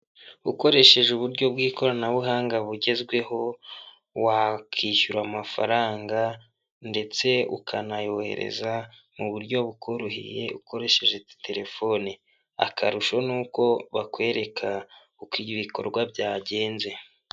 Ukoresheje uburyo bw'ikoranabuhanga bugezweho, wakishyura amafaranga ndetse ukanayohereza mu buryo bukoroheye ukoresheje telefoni, akarusho ni uko bakwereka uko ibikorwa byagenze.